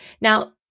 Now